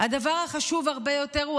הדבר החשוב הרבה יותר הוא